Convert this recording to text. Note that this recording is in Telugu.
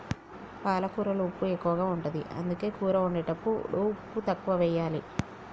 పాలకూరలో ఉప్పు ఎక్కువ ఉంటది, అందుకే కూర వండేటప్పుడు ఉప్పు తక్కువెయ్యాలి